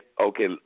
okay